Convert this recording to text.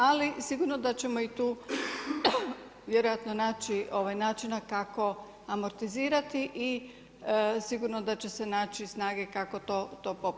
Ali sigurno da ćemo i tu vjerojatno naći načina kako amortizirati i sigurno da će se naći snage kako to popraviti.